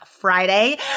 Friday